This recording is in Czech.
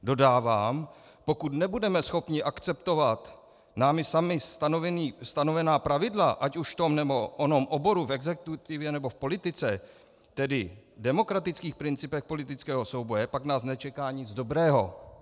Dodávám, pokud nebudeme schopni akceptovat námi sami stanovená pravidla, ať už v tom, nebo onom oboru, v exekutivě nebo v politice, tedy demokratických principech politického souboje, pak nás nečeká nic dobrého.